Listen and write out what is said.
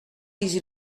easy